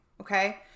okay